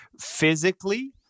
physically